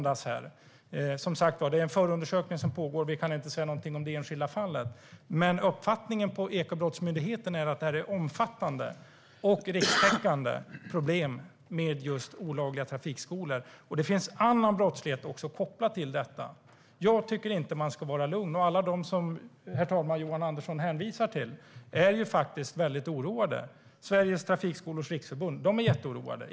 Det pågår en förundersökning, som sagt, och vi kan inte säga någonting om det enskilda fallet. Men uppfattningen på Ekobrottsmyndigheten är att det är ett omfattande och rikstäckande problem med just olagliga trafikskolor, och det finns även annan brottslighet kopplad till detta. Jag tycker inte att man ska vara lugn, och alla de som Johan Andersson hänvisar till, herr talman, är faktiskt väldigt oroade. Sveriges Trafikskolors Riksförbund är väldigt oroade.